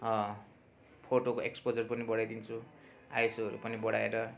फोटोको एक्सपोजर पनि बढाइदिन्छु आइसोहरू पनि बढाएर